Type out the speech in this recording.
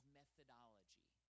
methodology